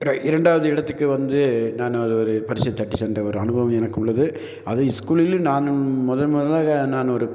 இரண் இரண்டாவது இடத்துக்கு வந்து நான் அது ஒரு பரிசைத்தட்டி சென்ற ஒரு அனுபவம் எனக்கு உள்ளது அதை ஸ்கூலில் நான் முதல் முதலாக நான் ஒரு